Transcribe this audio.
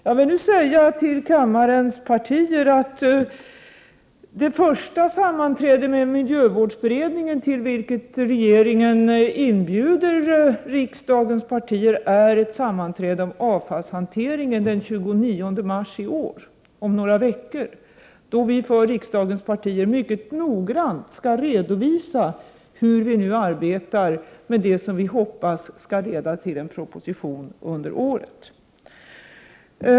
Jag vill nu säga till riksdagens partier att det första sammanträde med miljövårdsberedningen till vilket regeringen inbjuder riksdagens partier är ett sammanträde om avfallshanteringen den 29 mars i år, om några veckor alltså, då vi för riksdagens partier mycket noggrant skall redovisa hur vi nu arbetar med det som vi hoppas skall leda till en proposition under året.